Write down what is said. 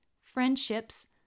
friendships